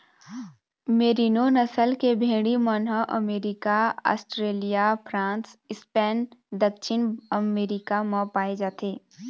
मेरिनों नसल के भेड़ी मन ह अमरिका, आस्ट्रेलिया, फ्रांस, स्पेन, दक्छिन अफ्रीका म पाए जाथे